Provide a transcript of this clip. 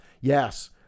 Yes